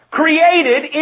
created